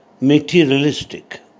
materialistic